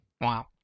Wow